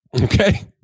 Okay